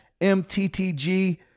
mttg